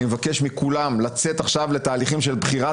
אני מבקש מכולם לצאת עכשיו לתהליכים של בחירת